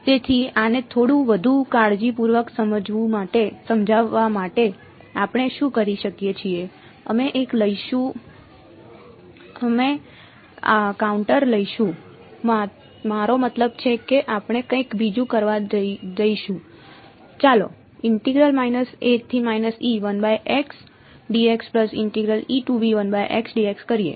તેથી આને થોડું વધુ કાળજીપૂર્વક સમજવા માટે આપણે શું કરી શકીએ છીએ અમે એક લઈશું અમે કાઉન્ટર લઈશું મારો મતલબ છે કે આપણે કંઈક બીજું કરવા દઈશું ચાલો કરીએ